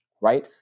right